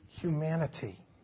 humanity